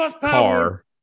car